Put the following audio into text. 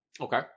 Okay